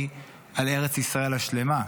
ונטול פשרות על ארץ ישראל השלמה.